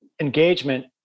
engagement